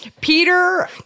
Peter